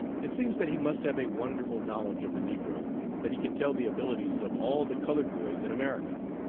it seems that he must have a wonderful knowledge of the negro that he can tell the abilities of all the colored boys in america.